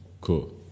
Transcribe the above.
Cool